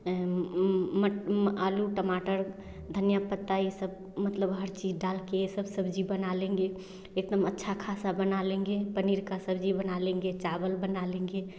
मट आलू टमाटर धनिया पत्ता इ सब मतलब हर चीज़ डालकर सब सब्ज़ी बना देंगे एकदम अच्छा खासा बना लेंगे पनीर का सब्ज़ी बना लेंगे चावल बना लेंगे